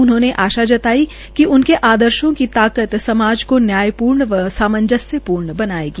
उन्होंने ये आशा जताई कि उनके आदर्शो की ताकत समाज को और न्यायपूर्ण व सामंजस्य पूर्ण बनायेगी